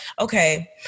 okay